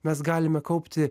mes galime kaupti